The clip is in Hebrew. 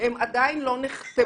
הן עדיין לא נחתמו.